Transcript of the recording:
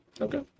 okay